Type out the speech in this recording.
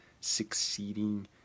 succeeding